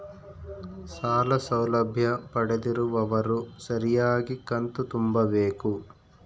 ಸಾಲ ಸೌಲಭ್ಯ ಪಡೆದಿರುವವರು ಸರಿಯಾಗಿ ಕಂತು ತುಂಬಬೇಕು?